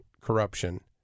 corruption